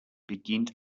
beginnt